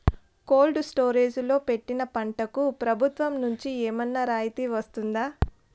Cold storage లో పెట్టిన పంటకు ప్రభుత్వం నుంచి ఏమన్నా రాయితీ వస్తుందా?